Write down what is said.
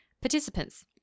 participants